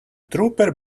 trooper